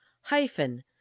hyphen